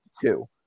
two